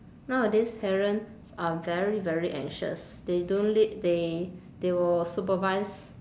nowadays parents are very very anxious they don't lea~ they they will supervise